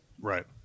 Right